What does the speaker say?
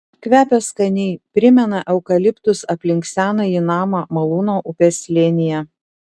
kvepia skaniai primena eukaliptus aplink senąjį namą malūno upės slėnyje